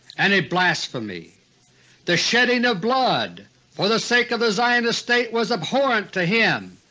and a blasphemy the shedding of blood for the sake of the zionist state was abhorrent to him.